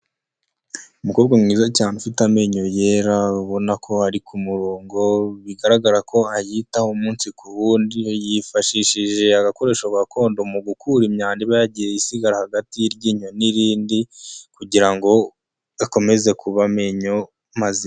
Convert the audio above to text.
Umukobwa mwiza cyane ufite amenyo yera ubona ko ari ku murongo bigaragara ko ayitaho umunsi ku wundi, yifashishije agakoresho gakondo mu gukura imyanda iba yagiye isigara hagati y'iryinyo n'irindi kugira ngo akomeze kuba amenyo mazima.